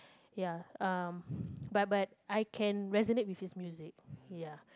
ya um but but I can resonate with his music